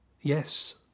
Yes